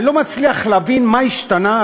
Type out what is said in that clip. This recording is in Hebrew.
אני לא מצליח להבין מה השתנה,